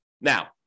Now